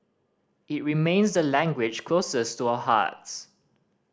it remains the language closest to a hearts